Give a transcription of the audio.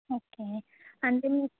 okay అంటే మీ